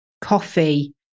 coffee